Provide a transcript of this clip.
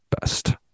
best